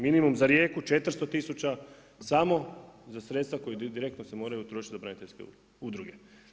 Minimum za Rijeku 400 000 samo za sredstva koja direktno se moraju utrošiti za braniteljske udruge.